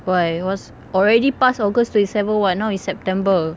why what's already past august twenty seven [what] now it's september